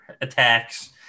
attacks